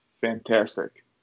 fantastic